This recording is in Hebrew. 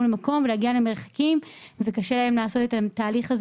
למקום ולהגיע ממרחקים וקשה להן עוד יותר לעשות את התהליך הזה.